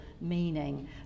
meaning